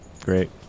Great